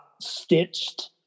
stitched